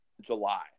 July